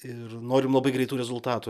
ir norim labai greitų rezultatų